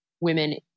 women